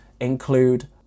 include